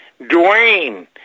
Dwayne